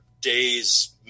days